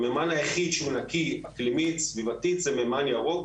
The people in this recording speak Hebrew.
המימן היחיד שהוא נקי אקלימית סביבתית הוא מימן ירוק,